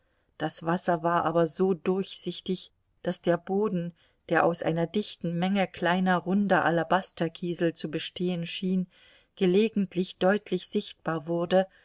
das wasser war aber so durchsichtig daß der boden der aus einer dichten menge kleiner runder alabasterkiesel zu bestehen schien gelegentlich deutlich sichtbar wurde